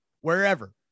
wherever